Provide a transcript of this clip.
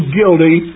guilty